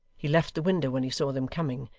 he left the window when he saw them coming,